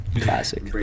Classic